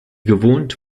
gewohnt